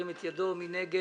מי נגד?